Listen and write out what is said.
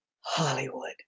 Hollywood